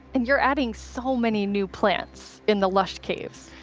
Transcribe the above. and you're adding so many new plants in the lush caves.